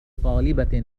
طالبة